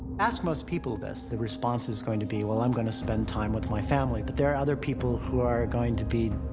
ask most people this, the response is going to be, well, i'm gonna spend time with my family, but there are other people who are going to be,